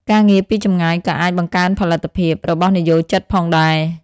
ការងារពីចម្ងាយក៏អាច បង្កើនផលិតភាព របស់និយោជិតផងដែរ។